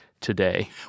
today